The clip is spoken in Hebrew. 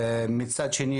מצד שני,